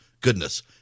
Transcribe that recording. Goodness